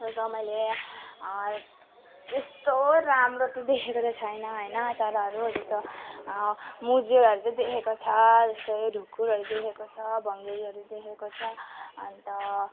अन्त मैले यस्तो राम्रो चाहिँ देखेको चाहिँ छैन होइन चराहरू जस्तो मुजुरहरू चाहिँ देखेको छ जस्तै ढुकुरहरू देखेको छ भङ्गेरीहरू देखेको छ अन्त